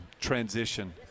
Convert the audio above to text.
transition